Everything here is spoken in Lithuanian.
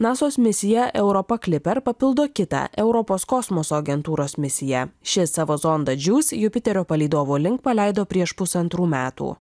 nasos misija europa clipper papildo kitą europos kosmoso agentūros misiją šis savo zondą juice jupiterio palydovo link paleido prieš pusantrų metų